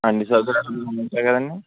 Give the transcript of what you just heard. అన్నీ సౌకర్యాలు ఉంటాయి కదండీ